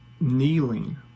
kneeling